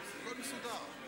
הכול מסודר.